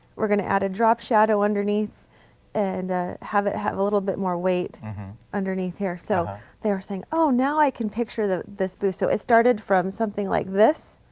we're going to add a drop shadow underneath and have it have a little bit more weight underneath here. so they were saying, oh now i can picture this booth. so it started from something like this